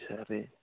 ಸರಿ